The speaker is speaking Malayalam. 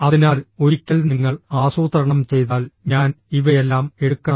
അതിനാൽ ഒരിക്കൽ നിങ്ങൾ ആസൂത്രണം ചെയ്താൽ ഞാൻ ഇവയെല്ലാം എടുക്കണം